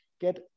get